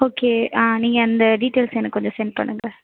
okay ஆ நீங்கள் அந்த டீடைல்ஸ் எனக்கு கொஞ்சம் செண்ட் பண்ணுங்கள்